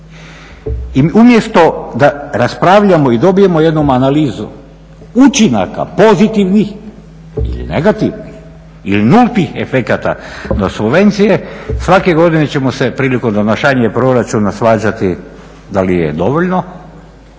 I umjesto da raspravljamo i dobijemo jednu analizu učinaka pozitivnih ili negativnih ili nultih efekata na subvencije, svake godine ćemo se prilikom donošenja proračuna svađati da li je dovoljno,